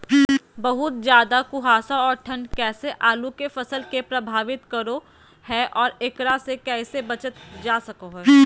बहुत ज्यादा कुहासा और ठंड कैसे आलु के फसल के प्रभावित करो है और एकरा से कैसे बचल जा सको है?